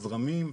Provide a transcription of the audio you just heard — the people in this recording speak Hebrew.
הזרמים,